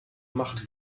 macht